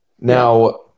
Now